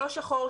לא שחור,